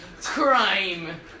Crime